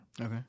Okay